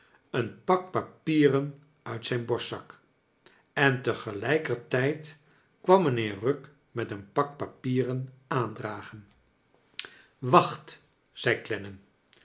een pak papieren nit zijn borstzak en tegelijkertijd kwam mijnheer rugg met een pak papieren aandragen wacht